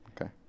Okay